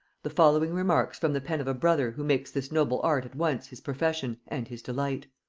the following remarks from the pen of a brother who makes this noble art at once his profession and his delight.